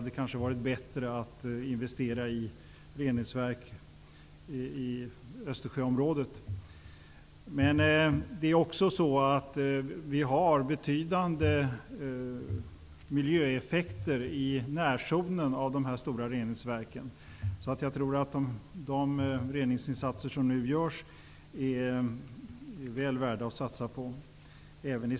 Det kanske hade varit bättre att investera i reningsverk i Östersjöområdet. Men det finns faktiskt betydande miljöeffekter i närzonen av de stora reningsverken, så jag tror att de reningsinsatser som nu görs i Sverige är väl värda att satsas på.